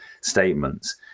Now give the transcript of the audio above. statements